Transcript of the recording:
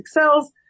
cells